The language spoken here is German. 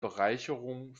bereicherung